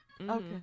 Okay